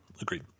agreed